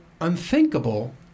unthinkable